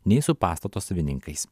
nei su pastato savininkais